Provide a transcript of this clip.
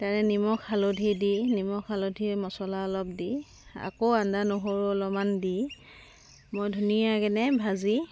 তাতে নিমখ হালধি দি নিমখ হালধি মচলা অলপ দি আকৌ আদা নহৰু অলপমান দি মই ধুনীয়াকৈ ভাজি